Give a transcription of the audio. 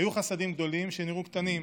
היו חסדים גדולים שנראו קטנים,